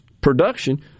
production